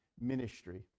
ministry